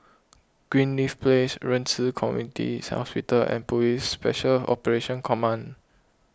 Greenleaf Place Ren Ci Community Hospital and Police Special Operations Command